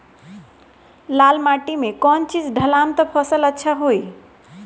लाल माटी मे कौन चिज ढालाम त फासल अच्छा होई?